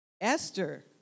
Esther